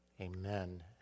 Amen